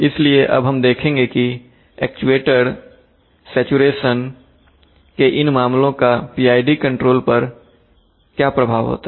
इसलिए अब हम देखेंगे कि एक्चुएटर सैचुरेशन के इन मामलों का PID कंट्रोलर पर क्या प्रभाव होता है